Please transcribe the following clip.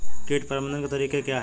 कीट प्रबंधन के तरीके क्या हैं?